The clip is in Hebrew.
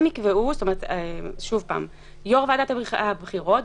יושב-ראש ועדת הבחירות,